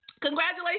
Congratulations